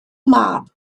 mab